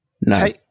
No